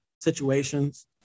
situations